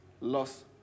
Loss